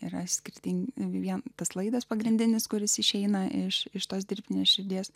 yra skirti vien tas laidas pagrindinis kuris išeina iš tos dirbtinės širdies